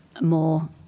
more